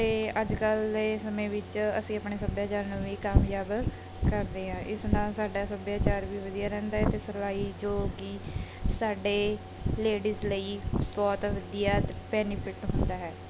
ਅਤੇ ਅੱਜ ਕੱਲ੍ਹ ਦੇ ਸਮੇਂ ਵਿੱਚ ਅਸੀਂ ਆਪਣੇ ਸੱਭਿਆਚਾਰ ਨੂੰ ਵੀ ਕਾਮਯਾਬ ਕਰਦੇ ਹਾਂ ਇਸ ਨਾਲ ਸਾਡਾ ਸੱਭਿਆਚਾਰ ਵੀ ਵਧੀਆ ਰਹਿੰਦਾ ਹੈ ਅਤੇ ਸਰਵਾਈ ਜੋ ਕਿ ਸਾਡੇ ਲੇਡੀਜ ਲਈ ਬਹੁਤ ਵਧੀਆ ਬੈਨੀਫਿਟ ਹੁੰਦਾ ਹੈ